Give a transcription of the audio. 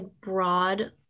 broad